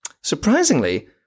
Surprisingly